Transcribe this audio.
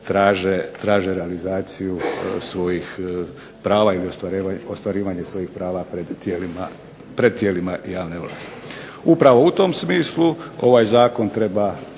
traže realizaciju svojih prava i ostvarivanje svojih prava pred tijelima javne vlasti. Upravo u tom smislu ovaj zakon treba